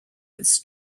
its